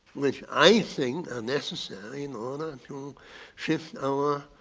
which i think are necessary in order to shift our